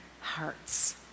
hearts